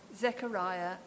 Zechariah